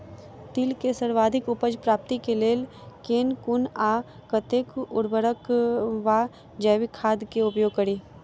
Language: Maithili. तिल केँ सर्वाधिक उपज प्राप्ति केँ लेल केँ कुन आ कतेक उर्वरक वा जैविक खाद केँ उपयोग करि?